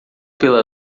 pela